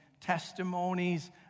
testimonies